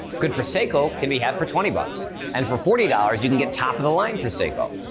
good prosecco can be had for twenty bucks and for forty dollars you can get top of the line prosecco.